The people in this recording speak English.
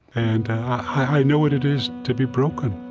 and i know what it is to be broken,